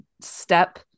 step